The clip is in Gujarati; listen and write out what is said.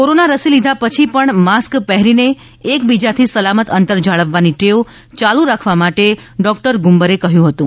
કોરોના રસી લીધા પછી પણ માસ્ક પહેરી ને એક બીજા થી સલામત અંતર જાળવવાની ટેવ ચાલુ રાખવા ડોક્ટર ગુંબરે કહ્યું હતું